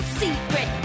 secret